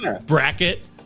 bracket